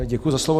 Děkuji za slovo.